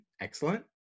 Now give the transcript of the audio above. excellent